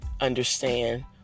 understand